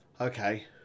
okay